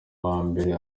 wambere